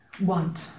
want